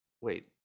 Wait